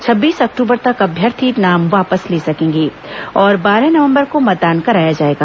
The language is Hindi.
छब्बीस अक्टूबर तक अभ्यर्थी नाम वापस ले सकेंगे और बारह नवंबर को मतदान कराया जाएगा